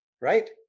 Right